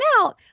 out